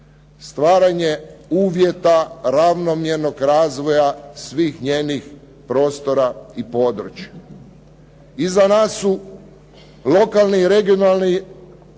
Stvaranje uvjeta ravnomjernog razvoja svih njenih prostora i područja. Iza nas su lokalni i regionalni